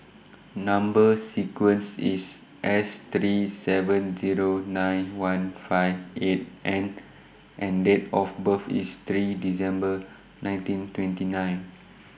Number sequence IS S three seven Zero nine one five eight N and Date of birth IS three December nineteen twenty nine